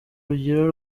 rugira